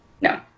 No